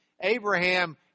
Abraham